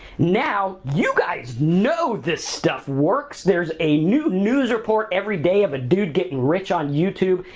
now, you guys know this stuff works. there's a new news report every day of a dude getting rich on youtube.